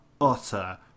utter